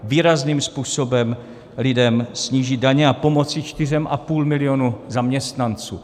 Výrazným způsobem lidem snížit daně a pomoci 4,5 milionu zaměstnanců.